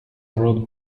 wrote